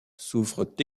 souffrent